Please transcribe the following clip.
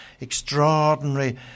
extraordinary